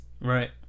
Right